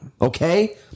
Okay